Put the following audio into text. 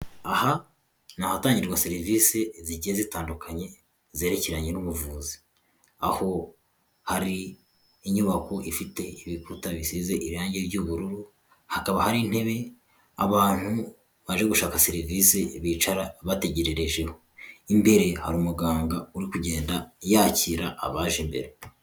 Aha ni ahatangirwa serivisi zigiye zitandukanye zerekeranye n'ubuvuzi, aho hari inyubako ifite ibikuta bisize irangi ry'ubururu, hakaba hari intebe abantu baje gushaka serivisi bicara bategerererejeho, imbere hari umuganga uri kugenda yakira abaje mbere.